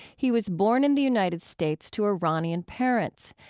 he was born in the united states to iranian parents,